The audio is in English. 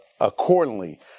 accordingly